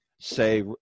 say